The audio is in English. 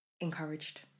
Encouraged